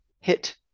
hit